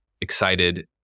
excited